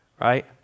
right